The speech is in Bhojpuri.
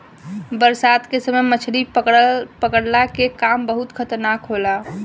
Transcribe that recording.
बरसात के समय मछली पकड़ला के काम बहुते खतरनाक होला